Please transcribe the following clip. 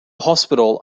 hospital